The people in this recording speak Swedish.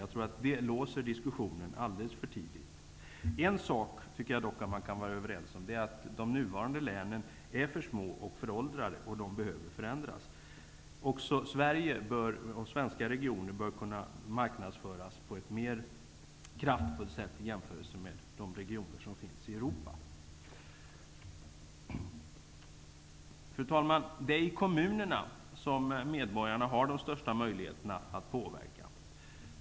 Jag tror att det låser diskussionen alldeles för tidigt. En sak tycker jag dock att man kan vara överens om, nämligen att de nuvarande länen är för små och föråldrade, och de behöver förändras. Också svenska regioner bör kunna marknadsföras på ett mer kraftfullt sätt jämfört med de regioner som finns i Europa. Fru talman! Det är i kommunerna som medborgarna har de största möjligheterna att påverka.